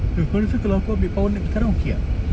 eh kau rasa kalau aku ambil power nap sekarang okay ah